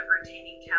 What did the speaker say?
retaining